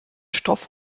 stoff